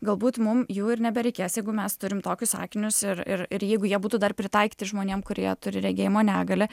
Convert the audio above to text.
galbūt mum jų ir nebereikės jeigu mes turim tokius akinius ir ir ir jeigu jie būtų dar pritaikyti žmonėm kurie turi regėjimo negalią